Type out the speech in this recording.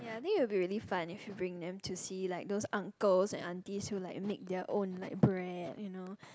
and I think it'll be really fun if you bring them to see like those uncles and aunties still like make their own like bread you know